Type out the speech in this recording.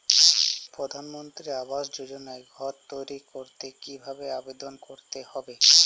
প্রধানমন্ত্রী আবাস যোজনায় ঘর তৈরি করতে কিভাবে আবেদন করতে হবে?